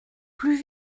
plus